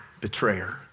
betrayer